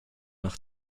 nach